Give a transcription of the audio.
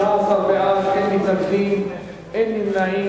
19 בעד, אין מתנגדים, אין נמנעים.